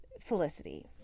Felicity